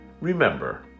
remember